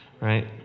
right